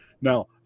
Now